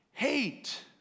Hate